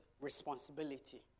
responsibility